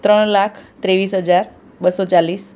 ત્રણ લાખ ત્રેવીસ હજાર બસો ચાલીસ